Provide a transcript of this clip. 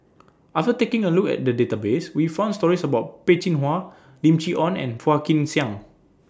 after taking A Look At The Database We found stories about Peh Chin Hua Lim Chee Onn and Phua Kin Siang